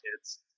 Kids